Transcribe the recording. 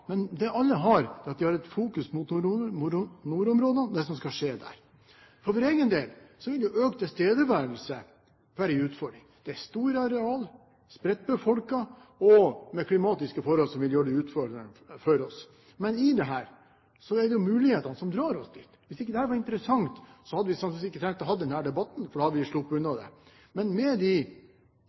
men alle har et fokus mot nordområdene og det som skal skje der. For min egen del mener jeg økt tilstedeværelse vil være en utfordring. Det er store areal, spredt befolket og med klimatiske forhold som vil gjøre det utfordrende for oss. Men det er mulighetene som drar oss dit. Hvis ikke dette var interessant, hadde vi sannsynligvis ikke trengt å ha denne debatten, for da hadde vi sluppet unna det. Men med de